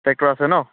tractor আছে ন